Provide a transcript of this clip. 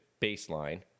baseline